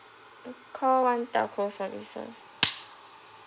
call one telco services